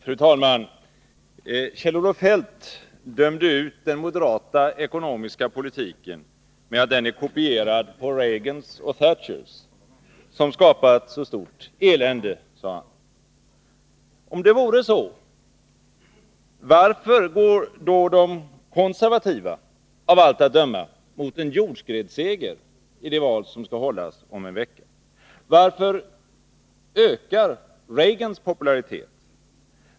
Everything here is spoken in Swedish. Fru talman! Kjell-Olof Feldt dömde ut den moderata ekonomiska politiken med att den är kopierad på Reagans och Thatchers vilken, som han sade, skapat så stort elände. Om det vore så, varför går då de konservativa i England av allt att döma mot en jordskredsseger i det val som skall hållas om en vecka? Varför ökar Reagans popularitet?